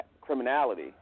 criminality